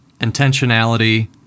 intentionality